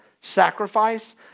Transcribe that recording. sacrifice